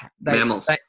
mammals